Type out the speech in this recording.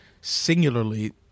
singularly